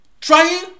Trying